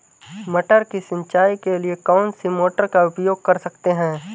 मटर की सिंचाई के लिए कौन सी मोटर का उपयोग कर सकते हैं?